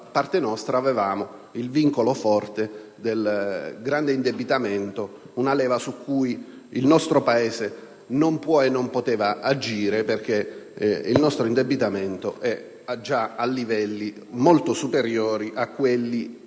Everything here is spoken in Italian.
parte nostra avevamo il forte vincolo del grande indebitamento, una leva su cui il nostro Paese non può e non poteva agire perché il nostro indebitamento è già a livelli molto superiori di quelli